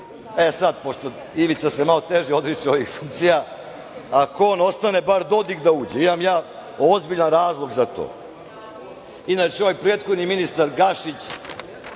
E sad, pošto se Ivica malo teže odriče ovih funkcija, ako on ostane bar Dodik da uđe. Imam ja ozbiljan razlog za to. Inače, ovaj prethodni ministar Gašić,